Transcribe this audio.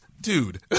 Dude